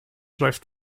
läuft